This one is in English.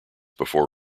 before